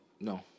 No